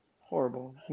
horrible